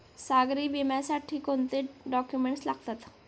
सागरी विम्यासाठी कोणते डॉक्युमेंट्स लागतात?